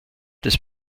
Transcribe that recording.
des